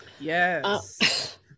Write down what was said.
yes